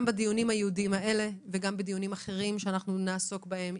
גם בדיונים הייעודיים האלה וגם בדיונים אחרים שנעסוק בהם,